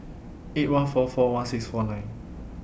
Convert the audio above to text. eight one four four one six four nine